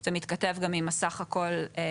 זה מתכתב עם הנתון